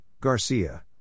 Garcia